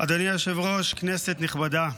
אדוני היושב-ראש, כנסת נכבדה,